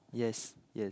yes yes